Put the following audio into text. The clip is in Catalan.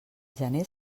gener